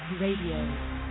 Radio